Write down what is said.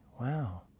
Wow